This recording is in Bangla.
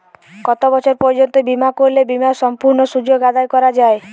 কত বছর পর্যন্ত বিমা করলে বিমার সম্পূর্ণ সুযোগ আদায় করা য়ায়?